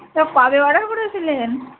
তা পাবে অর্ডার করেছিলেন